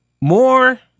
more